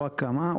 או הקמה,